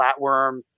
flatworm